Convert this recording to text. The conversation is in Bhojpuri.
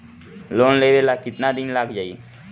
लोन लेबे ला कितना दिन लाग जाई?